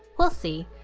we'll see.